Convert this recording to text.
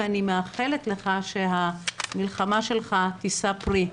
ואני מאחלת לך שהמלחמה שלך תישא פרי.